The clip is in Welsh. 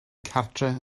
cartref